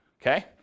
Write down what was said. okay